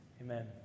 Amen